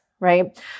right